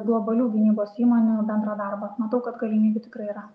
globalių gynybos įmonių bendrą darbą matau kad galimybių tikrai yra